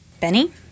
Benny